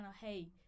hey